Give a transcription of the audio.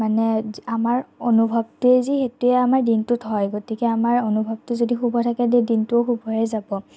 মানে আমাৰ অনুভৱটো যি সেইটোৱে আমাৰ দিনটোত হয় গতিকে আমাৰ অনুভৱটো যদি শুভ থাকে দিনটোও শুভয়ে যাব